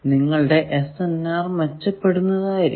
നിങ്ങളുടെ SNR മെച്ചപ്പെടുന്നതായിരിക്കും